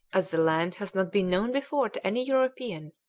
as the land has not been known before to any european,